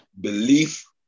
belief